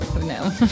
No